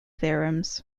theorems